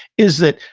is that,